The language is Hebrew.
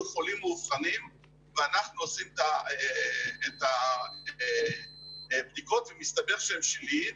חולים מאובחנים ואנחנו עושים את הבדיקות ומסתבר שהם שליליים.